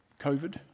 COVID